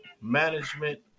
Management